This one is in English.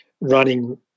running